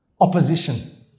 opposition